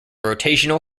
rotational